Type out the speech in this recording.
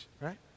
right